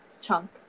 Chunk